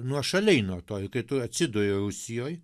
nuošaliai nuo to ir kai tu atsiduri rusijoj